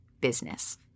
business